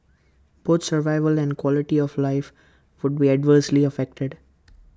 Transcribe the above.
both survival and quality of life would be adversely affected